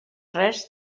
res